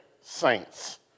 saints